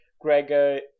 Gregor